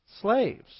Slaves